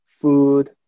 food